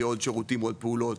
יהיו עוד שירותים ועוד פעולות.